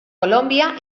colombia